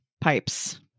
pipes